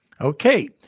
Okay